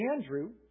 Andrew